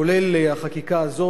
כולל החקיקה הזאת,